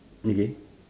okay